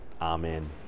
Amen